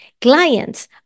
Clients